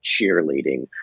cheerleading